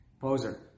Poser